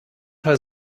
teil